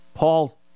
Paul